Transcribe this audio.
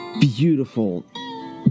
beautiful